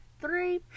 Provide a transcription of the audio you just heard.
Three